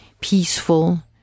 peaceful